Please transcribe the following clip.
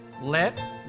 let